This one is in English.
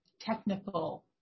technical